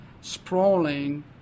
sprawling